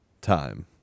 time